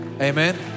Amen